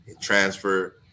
transfer